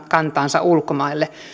kantaansa ulkomaille